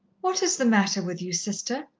what is the matter with you, sister?